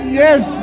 yes